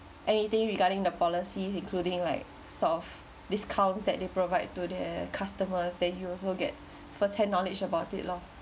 anything regarding the policy including like soft discount that they provide to their customers then you'll also get first hand knowledge about it lor